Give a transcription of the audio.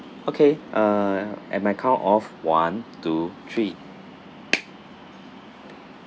okay uh in my count of one two three